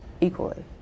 Equally